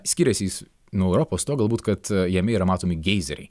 skiriasi jis nuo europos tuo galbūt kad jame yra matomi geizeriai